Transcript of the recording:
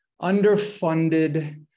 underfunded